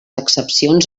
excepcions